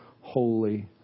holy